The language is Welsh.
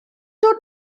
dod